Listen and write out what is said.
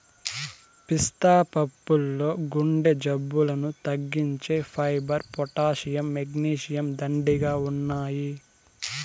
పిస్తా పప్పుల్లో గుండె జబ్బులను తగ్గించే ఫైబర్, పొటాషియం, మెగ్నీషియం, దండిగా ఉన్నాయి